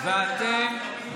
הערכים של אבותינו?